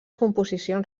composicions